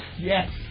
Yes